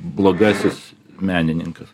blogasis menininkas